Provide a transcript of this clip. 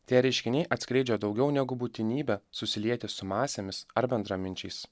tie reiškiniai atskleidžia daugiau negu būtinybę susilieti su masėmis ar bendraminčiais